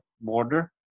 border